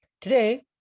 Today